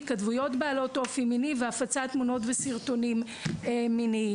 התכתבויות בעלות אופי מיני והפצת תמונות וסרטונים מיניים.